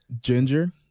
Ginger